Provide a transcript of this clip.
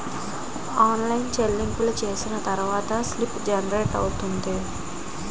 online చెల్లింపులు చేసిన తర్వాత స్లిప్ జనరేట్ అవుతుంది